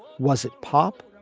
was it pop?